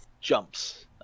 jumps